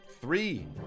three